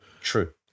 true